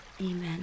amen